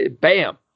bam